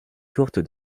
courte